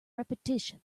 repetition